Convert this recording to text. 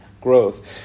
growth